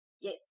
Yes